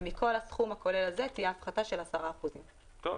ומכל הסכום הכולל הזה תהיה הפחתה של 10%. טוב.